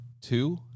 Two